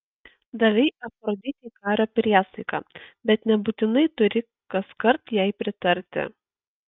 davei afroditei kario priesaiką bet nebūtinai turi kaskart jai pritarti